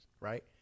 Right